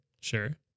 Sure